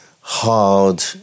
hard